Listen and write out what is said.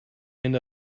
end